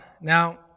Now